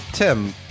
Tim